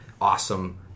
awesome